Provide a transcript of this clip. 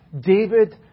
David